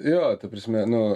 jo ta prasme nu